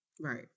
Right